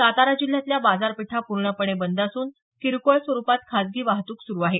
सातारा जिल्ह्यातल्या बाजारपेठा पूर्णपणे बंद असून किरकोळ स्वरूपात खाजगी वाहतूक सुरू आहे